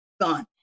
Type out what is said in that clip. gone